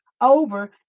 over